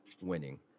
winning